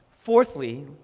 Fourthly